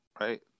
right